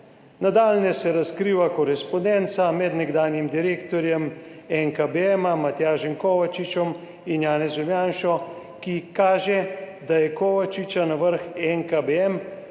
Nadaljnje se razkriva korespondenca med nekdanjim direktorjem NKBM Matjažem Kovačičem in Janezom Janšo, ki kaže, da je Kovačiča na vrh NKBM